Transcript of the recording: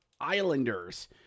Islanders